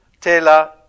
Tela